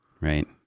Right